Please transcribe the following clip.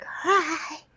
cry